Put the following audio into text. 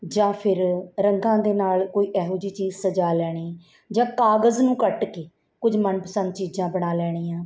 ਜਾਂ ਫਿਰ ਰੰਗਾਂ ਦੇ ਨਾਲ ਕੋਈ ਇਹੋ ਜਿਹੀ ਚੀਜ਼ ਸਜਾ ਲੈਣੀ ਜਾਂ ਕਾਗਜ਼ ਨੂੰ ਕੱਟ ਕੇ ਕੁਝ ਮਨਪਸੰਦ ਚੀਜ਼ਾਂ ਬਣਾ ਲੈਣੀਆਂ